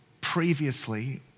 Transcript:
previously